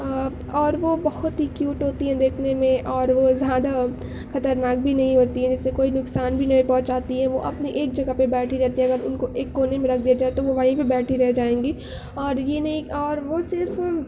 اور اور وہ بہت ہی کیوٹ ہوتی ہیں دیکھنے میں اور وہ زیادہ خطرناک بھی نہیں ہوتی ہے ویسے کوئی نقصان بھی نہیں پہونچاتی ہے وہ اپنی ایک جگہ پہ بیٹھی رہتی ہے اگر ان کو ایک کونے میں رکھ دیا جائے تو وہ وہیں پہ بیٹھی رہ جائیں گی اور یہ نہیں اور وہ صرف